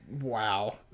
Wow